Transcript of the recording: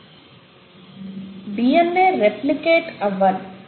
DNA replicate అవ్వాలి